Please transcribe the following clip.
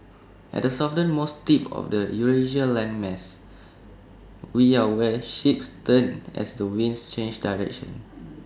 at the southernmost tip of the Eurasia landmass we are where ships turn as the winds change direction